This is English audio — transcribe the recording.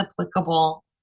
applicable